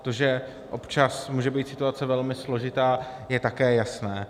To, že občas může být situace velmi složitá, je také jasné.